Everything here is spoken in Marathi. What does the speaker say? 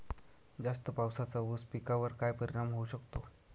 जास्त पावसाचा ऊस पिकावर काय परिणाम होऊ शकतो?